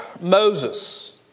Moses